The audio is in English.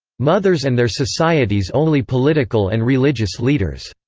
mothers and their society's only political and religious leaders,